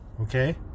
Okay